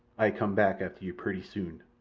ay come back after you purty soon.